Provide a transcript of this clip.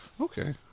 Okay